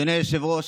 אדוני היושב-ראש,